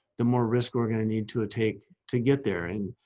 the more risk we're going to need to take to get there. and,